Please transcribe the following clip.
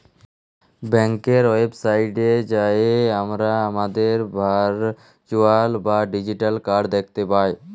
ব্যাংকের ওয়েবসাইটে যাঁয়ে আমরা আমাদের ভারচুয়াল বা ডিজিটাল কাড় দ্যাখতে পায়